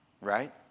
right